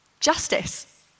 justice